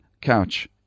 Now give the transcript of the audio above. couch